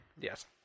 Yes